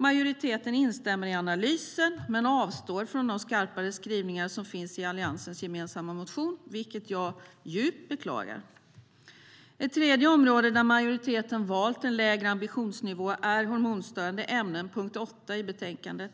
Majoriteten instämmer i analysen men avstår från de skarpare skrivningar som finns i alliansens gemensamma motion, vilket jag djupt beklagar. Ett tredje område där majoriteten har valt en lägre ambitionsnivå är hormonstörande ämnen, punkt 8 i betänkandet.